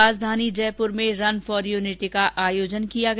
राजधानी जयंपुर में run for unity का आयोजन किया गया